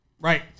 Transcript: Right